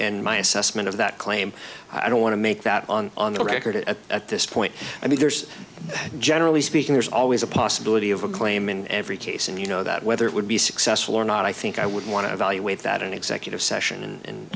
and my assessment of that claim i don't want to make that on on the record at at this point i mean there's generally speaking there's always a possibility of a claim in every case and you know that whether it would be successful or not i think i would want to evaluate that in executive session and and